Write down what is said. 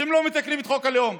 שהם לא מתקנים את חוק הלאום,